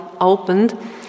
opened